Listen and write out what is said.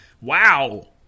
Wow